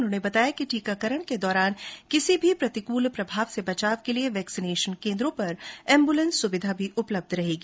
उन्होने बताया कि टीकाकरण के दौरान किसी भी प्रतिकूल प्रभाव से बचाव के लिये वैक्सीनेशन केन्द्रों पर एम्बुलेन्स सुविधा भी उपलब्ध रहेगी